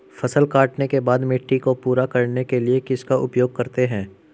फसल काटने के बाद मिट्टी को पूरा करने के लिए किसका उपयोग करते हैं?